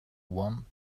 one